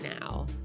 now